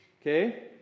Okay